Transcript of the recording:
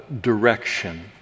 direction